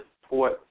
support